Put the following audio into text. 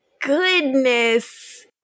goodness